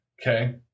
Okay